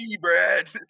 Brad